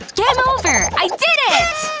game over! i did it!